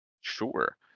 Sure